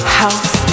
house